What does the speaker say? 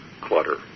clutter